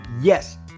Yes